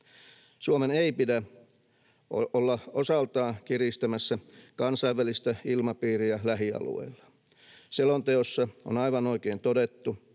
Suomen ei pidä olla osaltaan kiristämässä kansainvälistä ilmapiiriä lähialueillaan. Selonteossa on aivan oikein todettu,